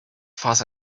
fuss